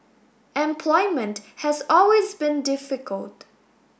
employment has always been difficult